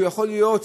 יכול להיות,